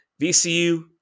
VCU